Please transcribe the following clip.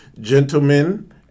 gentlemen